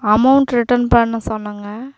amount return பண்ண சொன்னேங்க